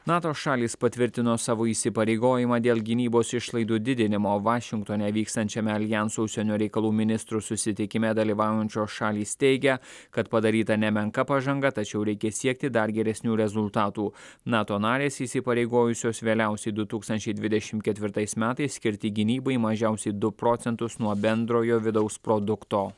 nato šalys patvirtino savo įsipareigojimą dėl gynybos išlaidų didinimo vašingtone vykstančiame aljanso užsienio reikalų ministrų susitikime dalyvaujančios šalys teigia kad padaryta nemenka pažanga tačiau reikia siekti dar geresnių rezultatų nato narės įsipareigojusios vėliausiai du tūkstančiai dvidešim ketvirtais metais skirti gynybai mažiausiai du procentus nuo bendrojo vidaus produkto